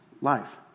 life